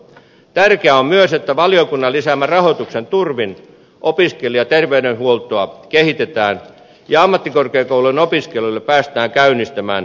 tärkeää on myös että valiokunnan lisäämän rahoituksen turvin opiskelijaterveydenhuoltoa kehitetään ja ammattikorkeakoulujen opiskelijoille päästään käynnistämään yths kokeilu